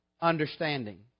understanding